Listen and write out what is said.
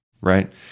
Right